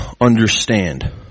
understand